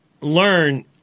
learn